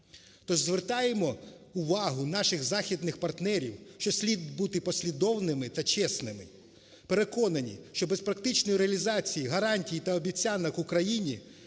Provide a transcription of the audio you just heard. Тож звертаємо увагу наших західних партнерів, що слід бути послідовними та чесними. Переконані, що без практичної реалізації гарантій та обіцянок Україні